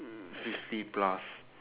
fifty plus